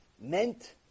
meant